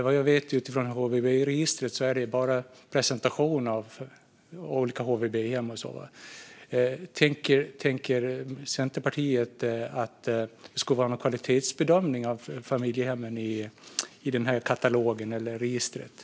Vad jag vet om HVB-registret är att det bara är en presentation av olika HVB-hem. Tänker Centerpartiet att det ska vara någon kvalitetsbedömning av familjehemmen i denna katalog eller detta register?